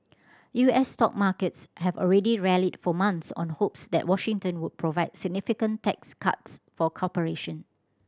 U S stock markets have already rallied for months on hopes that Washington would provide significant tax cuts for corporation